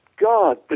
God